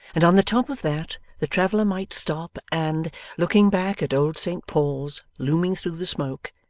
and on the top of that, the traveller might stop, and looking back at old saint paul's looming through the smoke,